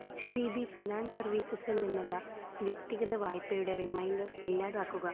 H D B finance സർവീസസിൽ നിന്നുള്ള വ്യക്തിഗത വായ്പയുടെ റിമൈൻഡർ ഇല്ലാതാക്കുക